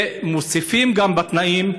ובתנאים,